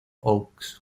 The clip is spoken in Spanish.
oaks